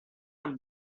amb